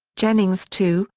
jennings, too,